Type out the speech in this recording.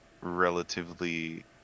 relatively